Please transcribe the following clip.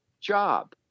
job